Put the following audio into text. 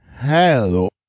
hello